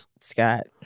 Scott